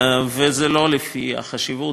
וזה לא לפי החשיבות,